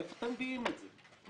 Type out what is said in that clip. מאיפה אתם מביאים את זה?